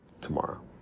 tomorrow